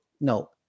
no